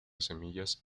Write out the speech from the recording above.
semillas